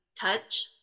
touch